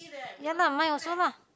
ya lah mine also lah